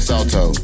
Salto